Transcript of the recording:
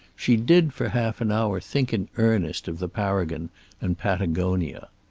she did for half an hour think in earnest of the paragon and patagonia.